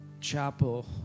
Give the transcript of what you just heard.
chapel